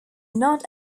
not